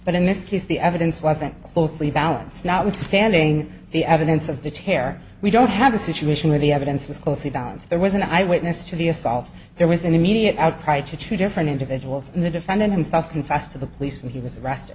but in this case the evidence wasn't closely balance notwithstanding the evidence of the tear we don't have a situation where the evidence was closely balanced there was an eyewitness to the assault there was an immediate outcry to two different individuals and the defendant himself confessed to the police when he was arrested